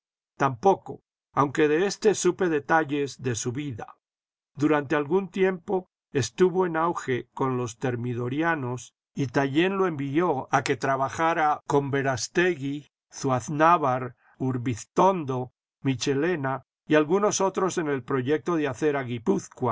tampoco aunque de éste supe detalles de su vida durante algún tiempo estuvo en auge con los thermidorianos y tallien lo envió a que trabajara con verastegui zuaznavar urbiztondo michelena y algunos otros en el proyecto de hacer